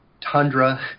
tundra